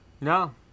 no